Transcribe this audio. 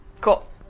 cool